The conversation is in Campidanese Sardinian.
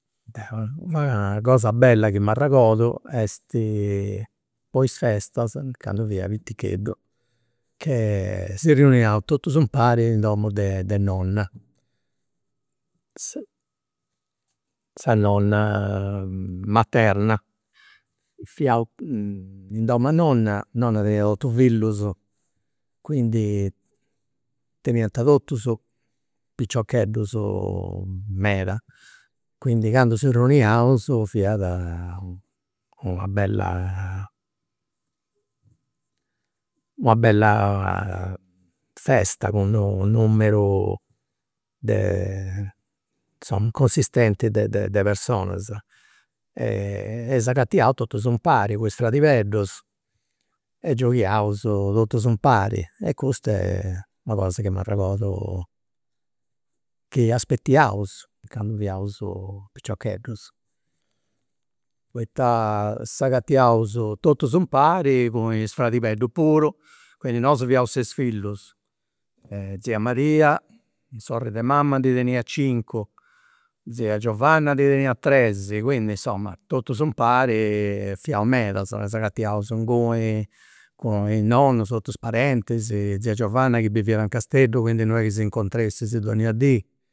Deu una cosa bella chi m'arregordu est po is festas candu fia piticheddu, che si riuniaus totus impari in domu de de nonna, sa nonna materna, fiaus in dom'e nonna, nonna teniat ottu fillus quindi teniant totus piciocheddus meda, quindi candu si riuniaus fiat una bella una bella festa cu d'u' numeru de insoma consistenti de de personas, e s'agatiaus totus impari cu is fradibeddus e gioghiaus totus impari e custa est una cosa chi m'arregordu chi aspettiaus candu fiaus piciocheddus. Poita s'agatiaus totus impari cun is fradibeddus puru, quindi nosu fiaus ses fillus e tzia Maria sorri de mama ndi teniat cincu, tzia Giovanna ndi teniat tres, quindi insoma totus impari fiaus meda e s'agatiaus inguni cun i' nonnus totus i' parentis, tzia Giovanna chi biviat in Casteddu quindi non est chi s' incontressist donnia dì